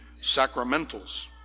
sacramentals